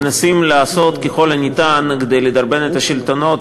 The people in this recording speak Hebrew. מנסים לעשות ככל הניתן כדי לדרבן את השלטונות